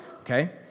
okay